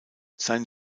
sein